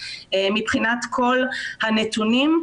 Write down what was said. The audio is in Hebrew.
מבחינת כל הנתונים,